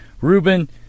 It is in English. Ruben